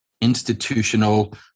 institutional